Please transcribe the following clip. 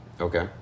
okay